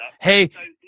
Hey